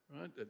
right